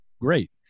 great